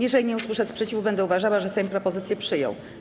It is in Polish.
Jeżeli nie usłyszę sprzeciwu, będę uważała, że Sejm propozycję przyjął.